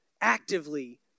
actively